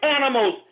animals